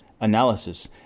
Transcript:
analysis